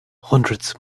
hundreds